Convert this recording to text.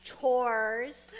chores